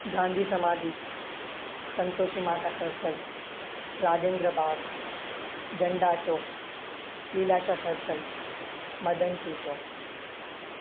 Gandhi Samadhi Santoshi Mata circle Rajendra Bagh Jhanda Chowk Leelashah circle Madansi Chowk